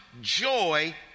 joy